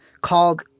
called